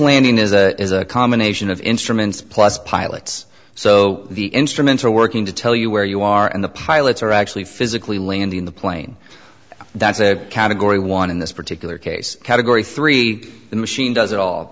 landing is a combination of instruments plus pilots so the instruments are working to tell you where you are and the pilots are actually physically landing the plane that's a category one in this particular case category three the machine does it all